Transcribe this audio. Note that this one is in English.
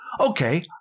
Okay